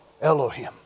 Elohim